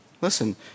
Listen